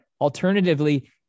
Alternatively